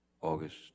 August